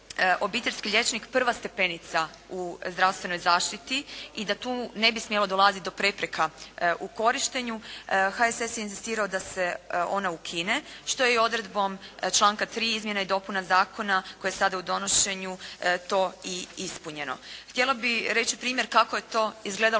obiteljski liječnik prva stepenica u zdravstvenoj zaštiti i da tu ne bi smjelo dolaziti do prepreka u korištenju, HSS je inzistirao da se ona ukine što je i odredbom članka 3. izmjene i dopune zakona koji je sada u donošenju to i ispunjeno. Htjela bih reći primjer kako je to izgledalo